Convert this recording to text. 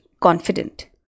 confident